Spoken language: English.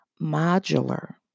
modular